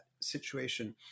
situation